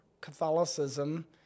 Catholicism